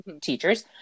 teachers